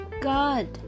God